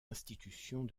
institutions